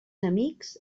amics